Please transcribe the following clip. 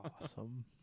awesome